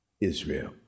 Israel